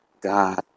God